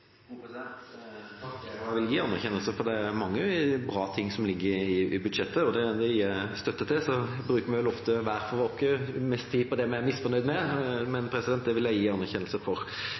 Takk – jeg vil gi anerkjennelse, for det er mange bra ting som ligger i budsjettet, og det gir jeg støtte til. Så bruker vi vel ofte hver for oss mest tid på det vi er misfornøyd med, men det vil jeg gi anerkjennelse.